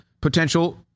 potential